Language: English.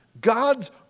God's